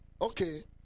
Okay